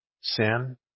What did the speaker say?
Sin